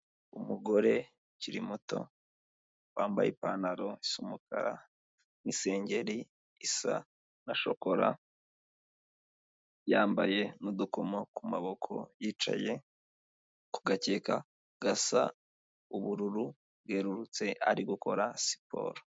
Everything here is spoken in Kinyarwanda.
Umugore ukiri muto wambaye ipantaro isa umukara, isengeri isa na shokora, yambaye n'udukomo ku maboko, yicaye ku gakeka gasa ubururu bwerurutse ari gukora siporo.